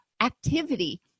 activity